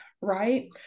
right